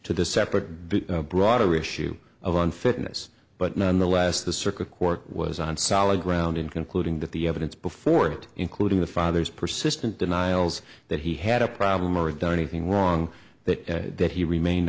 to the step broader issue of unfitness but nonetheless the circuit court was on solid ground in concluding that the evidence before it including the father's persistent denials that he had a problem or done anything wrong that that he remained